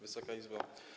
Wysoka Izbo!